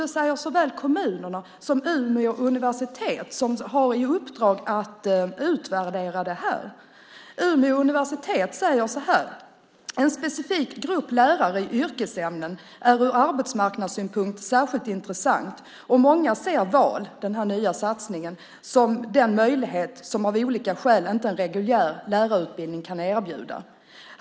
Det säger såväl kommunerna som Umeå universitet, som har i uppdrag att utvärdera det här. Umeå universitet säger så här: En specifik grupp lärare i yrkesämnen är ur arbetsmarknadssynpunkt särskilt intressant. Många ser VAL, den nya satsningen, som den möjlighet som av olika skäl en reguljär lärarutbildning inte kan erbjuda.